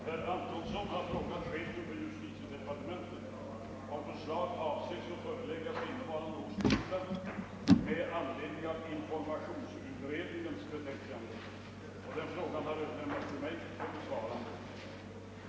Herr talman! Herr Antonsson har frågat chefen för justitiedepartementet om förslag avses att föreläggas innevarande års riksdag med anledning av informationsutredningens betänkanden. Frågan har överlämnats till mig för besvarande.